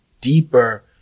deeper